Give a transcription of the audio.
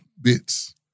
bits